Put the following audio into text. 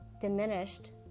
diminished